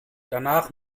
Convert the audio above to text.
danach